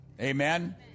Amen